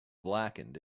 blackened